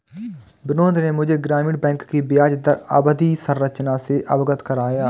बिनोद ने मुझे ग्रामीण बैंक की ब्याजदर अवधि संरचना से अवगत कराया